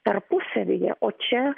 tarpusavyje o čia